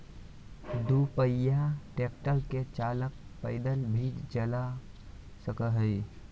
दू पहिया ट्रेक्टर के चालक पैदल भी चला सक हई